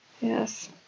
Yes